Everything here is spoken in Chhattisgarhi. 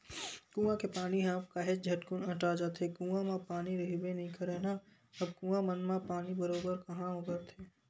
कुँआ के पानी ह अब काहेच झटकुन अटा जाथे, कुँआ म पानी रहिबे नइ करय ना अब कुँआ मन म पानी बरोबर काँहा ओगरथे